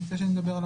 אני מציע שנדבר על